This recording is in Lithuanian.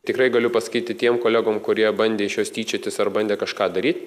tikrai galiu pasakyti tiem kolegom kurie bandė iš jos tyčiotis ar bandė kažką daryt